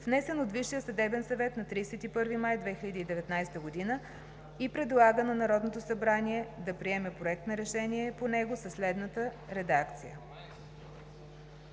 внесен от Висшия съдебен съвет на 31 май 2019 г., и предлага на Народното събрание да приеме Проект за решение по него със следната редакция: